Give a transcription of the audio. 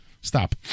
Stop